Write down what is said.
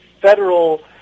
federal